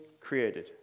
created